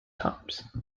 times